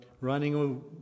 running